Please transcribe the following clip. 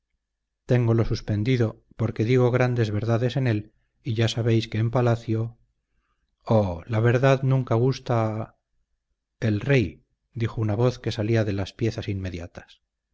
rimado téngolo suspendido porque digo grandes verdades en él y ya sabéis que en palacio oh la verdad nunca gusta a el rey dijo una voz que salía de las piezas inmediatas